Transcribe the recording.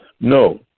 No